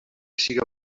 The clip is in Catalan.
siga